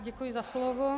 Děkuji za slovo.